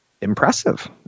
impressive